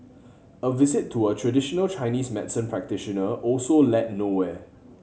a visit to a traditional Chinese medicine practitioner also led nowhere